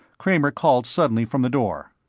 kramer called suddenly from the door.